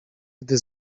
gdy